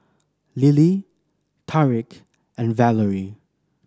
Lillie Tariq and Valery